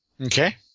Okay